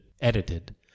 edited